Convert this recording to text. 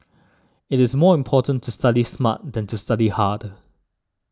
it is more important to study smart than to study hard